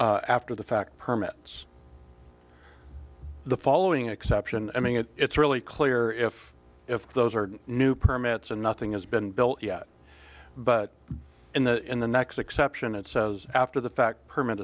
are after the fact permits the following exception i mean that it's really clear if if those are new permits and nothing has been built yet but in the in the next exception it says after the fact permit